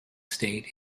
state